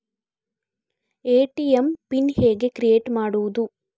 ATM PIN ಹೇಗೆ create ಮಾಡುವುದು?